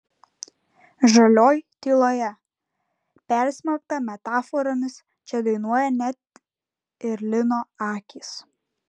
žalioj tyloje persmelkta metaforomis čia dainuoja net ir lino akys